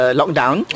lockdown